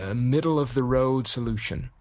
ah middle of the road solution.